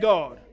God